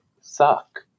suck